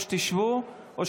או שתשבו,